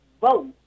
vote